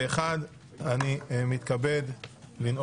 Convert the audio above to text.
בוועדת העבודה והרווחה פה אחד ההצעה נתקבלה.